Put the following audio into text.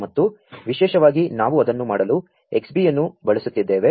ಮತ್ತು ವಿಶೇ ಷವಾ ಗಿ ನಾ ವು ಅದನ್ನು ಮಾ ಡಲು Xbee ಅನ್ನು ಬಳಸು ತ್ತಿದ್ದೇ ವೆ